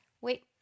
wait